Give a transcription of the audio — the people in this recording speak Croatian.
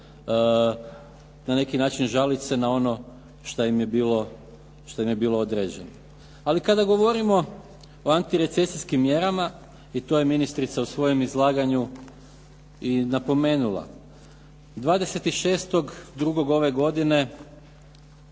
na neki način žaliti se na ono što im je bilo određeno. Ali kada govorimo o antirecesijskim mjerama i to je ministrica u svojem izlaganju i napomenula. 26. 2. ove godine